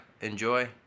enjoy